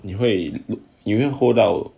你会 you hold out